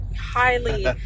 highly